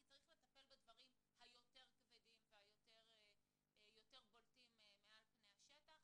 כי צריך לטפל בדברים הכבדים הבולטים יותר מעל פני השטח,